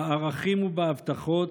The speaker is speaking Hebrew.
בערכים ובהבטחות,